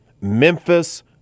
Memphis